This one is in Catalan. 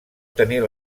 tenir